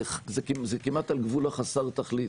זה כמעט על גבול החסר תכלית.